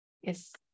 yes